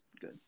good